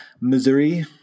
Missouri